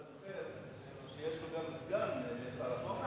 אתה זוכר שיש גם סגן שר החוץ.